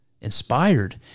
inspired